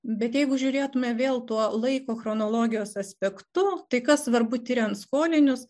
bet jeigu žiūrėtume vėl tuo laiko chronologijos aspektu tai kas svarbu tiriant skoninius